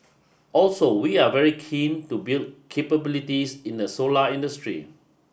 also we are very keen to build capabilities in the solar industry